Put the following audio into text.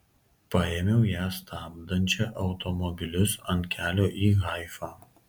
paėmiau ją stabdančią automobilius ant kelio į haifą